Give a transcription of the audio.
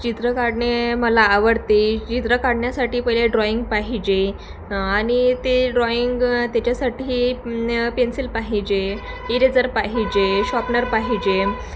चित्र काढणे मला आवडते चित्र काढण्यासाटी पहिले ड ्रॉईंग पाहिजे आनि ते ड्रॉईंग त्याच्यासाठी पेन्सिल पाहिजे इरेझर पाहिजे शॉपनर पाहिजे